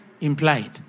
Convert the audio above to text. implied